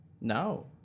No